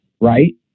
right